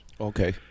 Okay